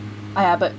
!aiya! but